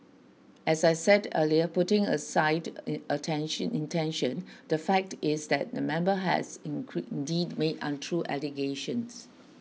as I said earlier putting aside attention intention the fact is that the member has deed made untrue allegations